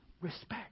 respect